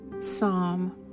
Psalm